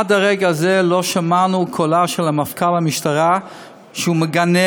עד לרגע זה לא שמענו את קולו של מפכ"ל המשטרה שהוא מגנה